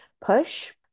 push